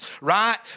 right